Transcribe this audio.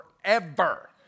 forever